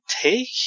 take